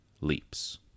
leaps